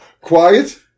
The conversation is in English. quiet